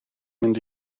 mynd